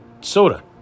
soda